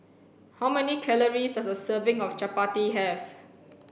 how many calories does a serving of Chapati have